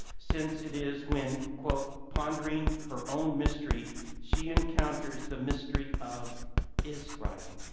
since it is when, quote, pondering her own mystery she encounters the mystery of israel.